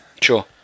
sure